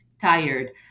tired